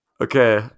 okay